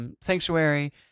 sanctuary